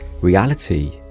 reality